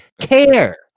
care